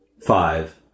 Five